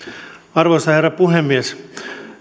arvoisa herra puhemies